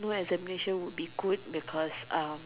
no examination will be good because um